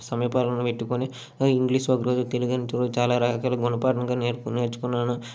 సమయపాలన పెట్టుకొని ఇంగ్లీష్ ఒకరోజు తెలుగు అంటూ చాలా రకాలుగా గుణపాఠం నేర్చ్ నేర్చుకున్నాను